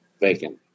vacant